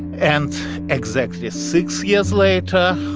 and exactly six years later,